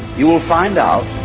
you will find out,